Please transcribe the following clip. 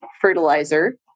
fertilizer